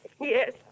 Yes